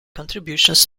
contributions